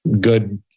good